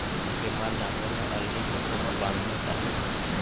बेमार जानवर ल अलगे कोठा म बांधना चाही